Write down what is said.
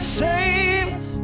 saved